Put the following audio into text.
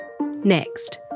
Next